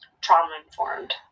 trauma-informed